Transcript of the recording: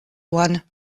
one